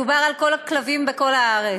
מדובר על כל הכלבים בכל הארץ.